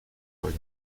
for